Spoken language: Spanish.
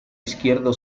izquierdo